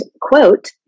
quote